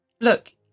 look